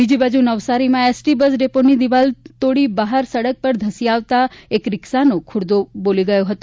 બીજી બાજુ નવસારીમાં એસટી બસ ડેપોની દિવાલ તોડી બહાર સડક ઉપર ધસી આવતા એક રીક્ષાનો ખુરદો બોલાવી દીધો હતો